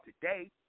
today